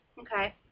Okay